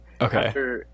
okay